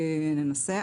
ננסה.